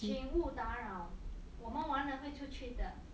请勿打扰我们完了会出去的